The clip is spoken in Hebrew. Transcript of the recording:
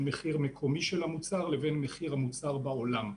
מחיר מקומי של המוצר לבין מחיר המוצר בעולם.